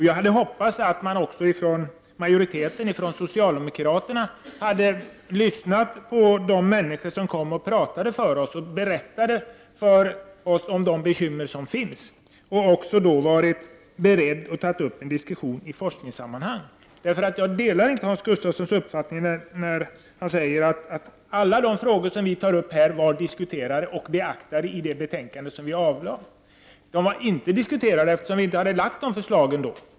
Jag hade hoppats att man även från majoritetens sida, från socialdemokraterna, skulle ha lyssnat på de människor som kom och talade för oss och berättade om de bekymmer som finns och att man skulle ha varit beredd att ta upp en diskussion i forskningssammanhang. Jag delar inte Hans Gustafssons uppfattning när han säger att alla de frågor som vi tar upp var diskuterade och beaktade i det betänkande som lades fram. De var inte diskuterade, eftersom vi inte hade lagt fram de förslagen då.